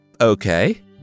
Okay